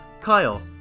Kyle